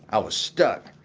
i was stuck.